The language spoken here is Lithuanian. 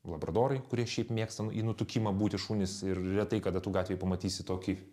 labradorai kurie šiaip mėgsta į nutukimą būti šunys ir retai kada tu gatvėj pamatysi tokį